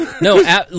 No